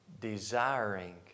desiring